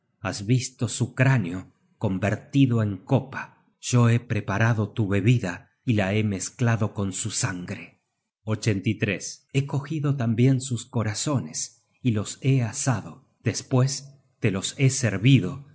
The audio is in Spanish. has visto su cráneo convertido en copa yo he preparado tu bebida y la he mezclado con su sangre j he cogido tambien sus corazones y los he asado despues te los he servido